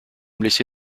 blessé